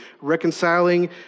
reconciling